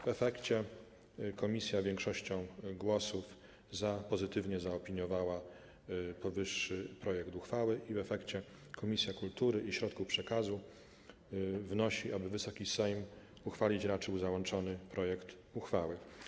W efekcie komisja większością głosów „za” pozytywnie zaopiniowała powyższy projekt uchwały i w wyniku tego Komisja Kultury i Środków Przekazu wnosi, aby Wysoki Sejm uchwalić raczył załączony projekt uchwały.